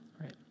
Right